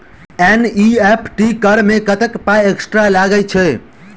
NEFT करऽ मे कत्तेक पाई एक्स्ट्रा लागई छई?